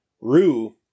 Rue